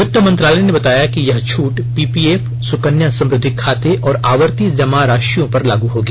वित्त मंत्रालय ने बताया कि यह छूट पीपीएफ सुकन्या समृद्धि खाते और आवर्ती जमा राशियों पर लागू होगी